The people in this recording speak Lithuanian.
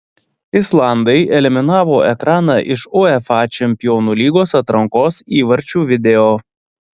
islandai eliminavo ekraną iš uefa čempionų lygos atrankos įvarčių video